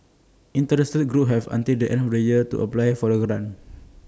interested groups have until the end of the year to apply for the grant